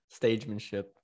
Stagemanship